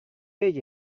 make